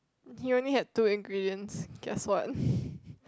he only had two ingredients guess what